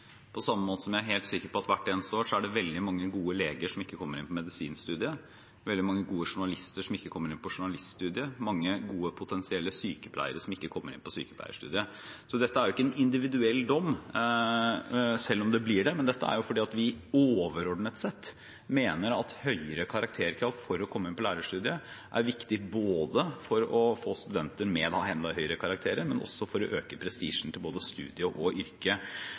på samme måte som jeg er helt sikker på at hvert eneste år er det veldig mange gode leger som ikke kommer inn på medisinstudiet, veldig mange gode journalister som ikke kommer inn på journaliststudiet, mange gode potensielle sykepleiere som ikke kommer inn på sykepleierstudiet. Så dette er jo ikke en individuell dom – selv om det blir det – men dette er jo fordi vi overordnet sett mener at høyere karakterkrav for å komme inn på lærerstudiet er viktig, både for å få studenter med enda høyere karakterer og for å øke prestisjen til både studiet og